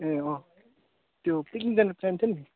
ए अँ त्यो पिकनिक जाने प्लान थियो नि